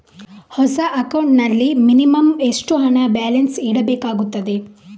ಹೊಸ ಅಕೌಂಟ್ ನಲ್ಲಿ ಮಿನಿಮಂ ಎಷ್ಟು ಹಣ ಬ್ಯಾಲೆನ್ಸ್ ಇಡಬೇಕಾಗುತ್ತದೆ?